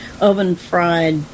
oven-fried